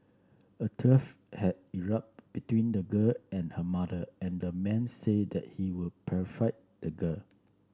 a tuff had erupted between the girl and her mother and a man said that he would perfect the girl